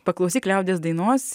paklausyk liaudies dainos